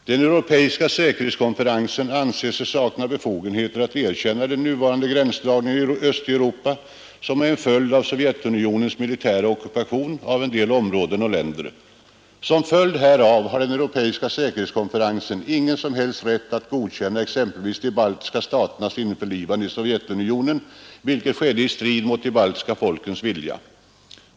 Den europeiska säkerhetskonferensen anser sig sakna befogenheter att erkänna den nuvarande gränsdragningen i Österuropa, som är en följd av Sovjetunionens militära ockupation av en del områden och länder. Som följd därav har den europeiska säkerhetskonferensen ingen som helst rätt att godkänna exempelvis de baltiska staternas införlivande i Sovjetunionen, vilket skedde i strid mot de baltiska folkens vilja.